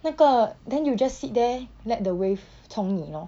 那个 then you just sit there let the wave 冲你 lor